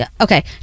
Okay